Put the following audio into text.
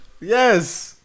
yes